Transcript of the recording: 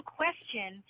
question